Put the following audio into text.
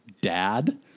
dad